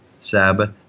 Sabbath